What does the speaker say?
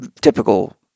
typical